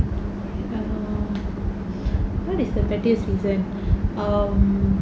I don't know what is the pettiest reason um